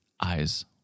eyes